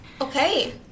Okay